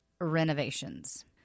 renovations